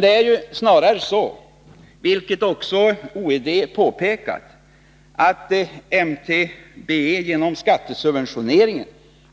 Det är snarare så, vilket också OED påpekar, att MTBE genom skattesubventioneringen